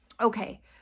Okay